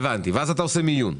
הבנתי, ואז אתה עושה מיון.